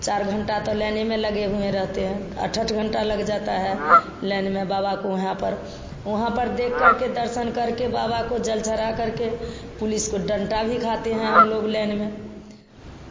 चार घंटा तो लेने में ही लगे रहते हैं आठ आठ घंटा लग जाता हैं लेने को बाबा के यहाँ पर वहाँ पर देख कर के दर्शन करके बाबा को जल चढ़ा करके पुलिस का डंडा भी खाते हैं हम लोग लेन में